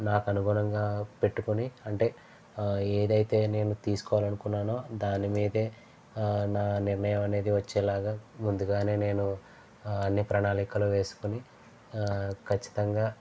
నాకు అనుగుణంగా పెట్టుకుని అంటే ఏదైతే నేను తీసుకోవాలనుకున్నానో దాని మీదే నా నిర్ణయం అనేది వచ్చేలాగా ముందుగానే నేను అన్ని ప్రణాళికలు వేసుకుని ఖచ్చితంగా